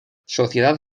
sociedad